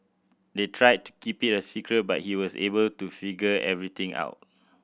they tried to keep it a secret but he was able to figure everything out